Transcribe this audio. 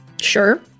Sure